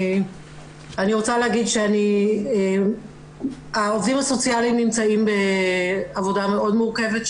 אני רוצה להגיד שהעובדים הסוציאליים נמצאים בעבודה מאוד מורכבת.